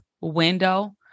window